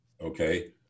okay